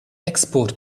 export